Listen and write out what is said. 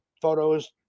photos